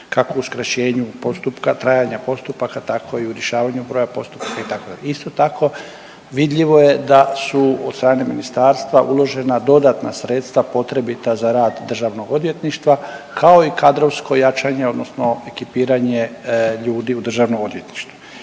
kako uskraćenju postupka, trajanja postupaka tako i u rješavanju broja postupaka itd.. Isto tako vidljivo je da su od strane ministarstva uložena dodatna sredstva potrebita za rad državnog odvjetništva, kao i kadrovsko jačanje odnosno ekipiranje ljudi u državno odvjetništvo.